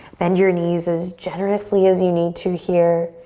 bend your knees as generously as you need to here.